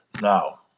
now